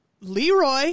Leroy